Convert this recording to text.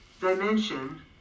dimension